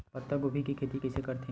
पत्तागोभी के खेती कइसे करथे?